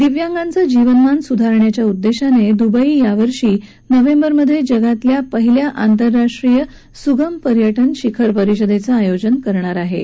दिव्यांगांचं जीवनमान सुधारण्याच्या उद्दशीनव्विंई यावर्षी नोव्हेंबर मध्यजिगातल्या पहिल्या आंतरराष्ट्रीय सुगम पर्यटन शिखर परिषदद्व आयोजन करणार आहा